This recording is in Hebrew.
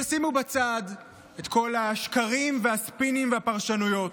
אבל שימו בצד את כל השקרים והספינים והפרשנויות.